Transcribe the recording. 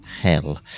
hell